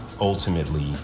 ultimately